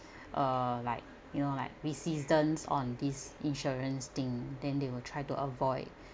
uh like you know like resistance on this insurance thing then they will try to avoid